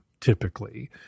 typically